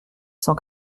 cent